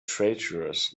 traitorous